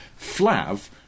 Flav